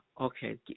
okay